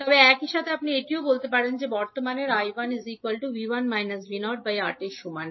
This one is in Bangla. তবে একই সাথে আপনি এটিও বলতে পারবেন যে বর্তমানের 𝐈1 𝐕1 𝐕0 8 এর মান